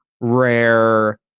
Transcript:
rare